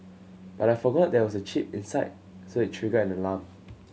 but I forgot there was a chip inside so it triggered an alarm